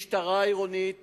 משטרה עירונית